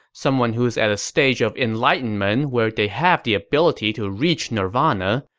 someone who is at a stage of enlightenment where they have the ability to reach nirvana,